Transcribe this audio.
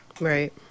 Right